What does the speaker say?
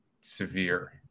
severe